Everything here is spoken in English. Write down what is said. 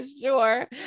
sure